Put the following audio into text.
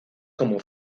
como